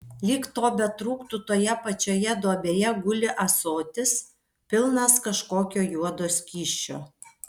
lyg to betrūktų toje pačioje duobėje guli ąsotis pilnas kažkokio juodo skysčio